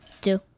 two